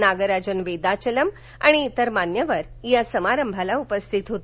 नागराजन वेदाचलम आणि इतर मान्यवर या समारंभाला उपस्थित होते